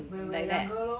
when we were younger lor